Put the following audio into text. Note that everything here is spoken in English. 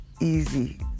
easy